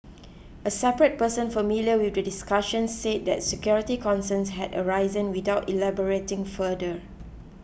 a separate person familiar with the discussions said that security concerns had arisen without elaborating further